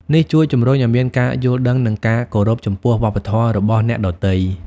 នេះជួយជំរុញឲ្យមានការយល់ដឹង និងការគោរពចំពោះវប្បធម៌របស់អ្នកដទៃ។